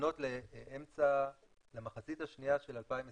מתכוונות למחצית השנייה של 2021